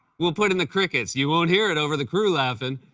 we'll put in the crickets. you won't hear it over the crew laughing.